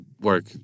work